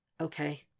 Okay